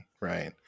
Right